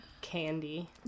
Candy